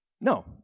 No